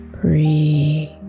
Breathe